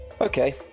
Okay